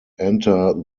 enter